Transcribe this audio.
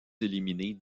éliminés